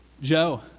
Joe